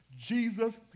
Jesus